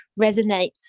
resonates